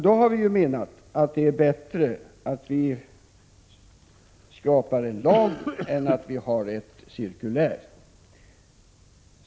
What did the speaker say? Då har vi menat att det är bättre att vi stiftar en lag än att vi har ett cirkulär.